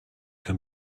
can